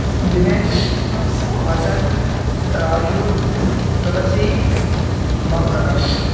Dinesh Vasanth Raju Tulasi Bhanuprakash